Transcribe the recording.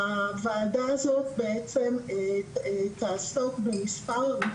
אבל הבעיה המרכזית היא שזה נתון לשיקול דעתו של כל מנהל,